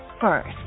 first